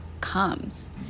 comes